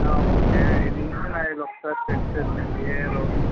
okay ఇది engine oil ఒకసారి check చేయండి ఏదో